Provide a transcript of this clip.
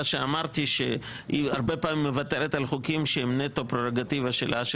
שאמרתי שהיא הרבה פעמים מוותרת על חוקים שהם נטו פררוגטיבה שלה,